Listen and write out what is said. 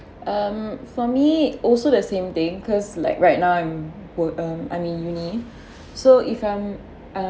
um for me also the same thing cause like right now I'm were um I'm in uni so if I'm uh